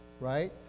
right